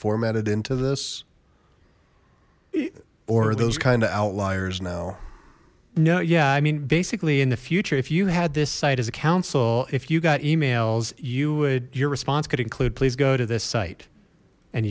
formatted into this or those kind of outliers now no yeah i mean basically in the future if you had this site as a council if you got emails you would your response could include please go to this site and